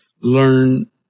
learn